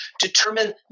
determine